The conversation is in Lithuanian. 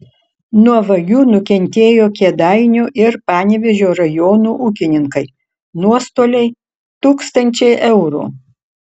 nuo vagių nukentėjo kėdainių ir panevėžio rajonų ūkininkai nuostoliai tūkstančiai eurų